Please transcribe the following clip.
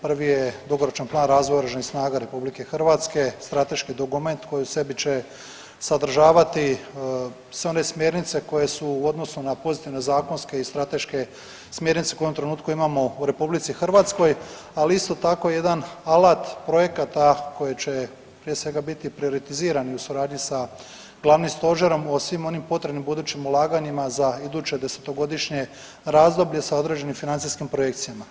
Prvi je dugoročan plan razvoja oružanih snaga RH, strateški dokument koji u sebi će sadržavati sve one smjernice koje su u odnosu na pozitivne zakonske i strateške smjernice koje u ovom trenutku imamo u RH ali isto tako jedan alat projekata koji će prije svega biti prioretizirani u suradnji sa Glavnim stožerom o svim onim potrebnim budućim ulaganjima za iduće desetogodišnje razdoblje sa određenim financijskim projekcijama.